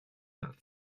that